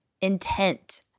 intent